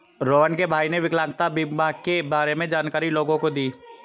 रोहण के भाई ने विकलांगता बीमा के बारे में जानकारी लोगों को दी